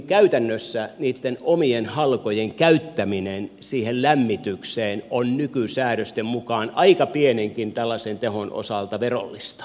käytännössä niitten omien halkojen käyttäminen siihen lämmitykseen on nykysäädösten mukaan aika pienenkin tällaisen tehon osalta verollista